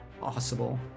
possible